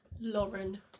Lauren